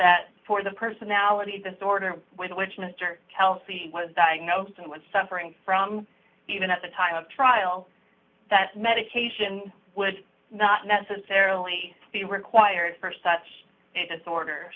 that for the personality disorder with which mr kelsey was diagnosed and was suffering from even at the time of trial that medication would not necessarily be required for such a disorder